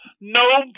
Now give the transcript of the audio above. No